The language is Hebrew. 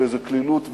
באיזו קלילות,